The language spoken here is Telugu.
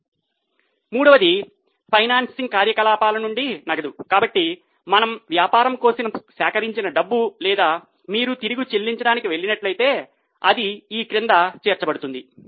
మూడవది ఫైనాన్సింగ్ కార్యకలాపాల నుండి నగదు కాబట్టి మనము వ్యాపారం కోసం సేకరించిన డబ్బు లేదా మీరు తిరిగి చెల్లించటానికి వెళ్ళినట్లయితే అది ఈ క్రింద చేర్చబడుతుంది